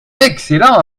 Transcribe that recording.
excellent